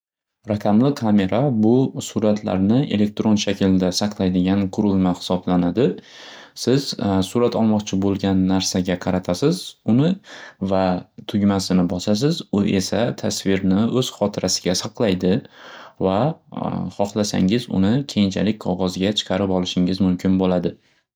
Raqamli kamera bu suratlarni elektron shaklda saqlaydigan qurilma xisoblanadi. Siz surat olmoqchi bo'lgan narsaga qaratasz uni va tugmasini bosasz u esa tasvirni o'z xotirasiga saqlaydi va xoxlasangiz uni keyinchalik qog'ozga chiqarib olsangiz bo'ladi.